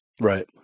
Right